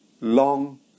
long